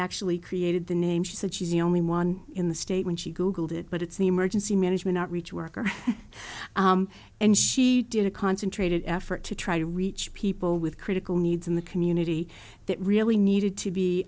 actually created the name she said she's the only one in the state when she googled it but it's the emergency management outreach worker and she did a concentrated effort to try to reach people with critical needs in the community that really needed to be